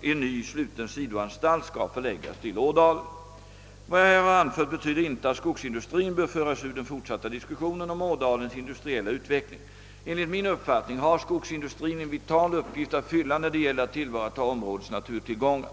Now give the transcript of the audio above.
en ny sluten sidoanstalt skall förläggas till Adalen. Vad jag här har anfört betyder inte att skogsindustrin bör föras ur den fortsatta diskussionen om Ådalens industriella utveckling. Enligt min uppfattning har skogsindustrin en vital uppgift att fylla när det gäller att tillvarata områdets naturtillgångar.